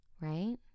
Right